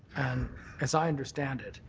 and as i understand it,